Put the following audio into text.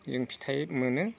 जों फिथाइ मोनो